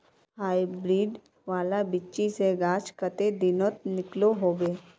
Hybrid वाला बिच्ची से गाछ कते दिनोत निकलो होबे?